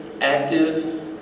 active